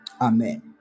Amen